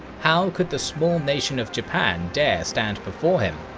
how could the small nation of japan dare stand before him?